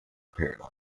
paradise